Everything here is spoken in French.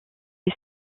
est